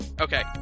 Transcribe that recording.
Okay